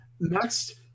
Next